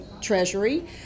treasury